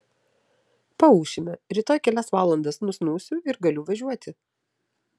paūšime rytoj kelias valandas nusnūsiu ir galiu važiuoti